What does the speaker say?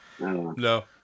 No